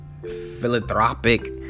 philanthropic